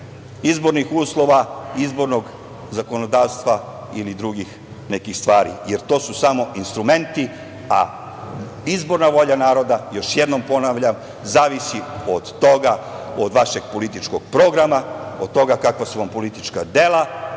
izbornih uslova izbornog zakonodavstva ili drugih nekih stvari, jer to su samo instrumenti, a izborna volja naroda, još jednom ponavljam, zavisi od vašeg političkog programa, od toga kakva su vam politička dela